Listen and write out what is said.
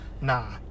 Nah